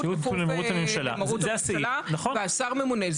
מרות הממשלה והשר הממונה,